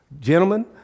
gentlemen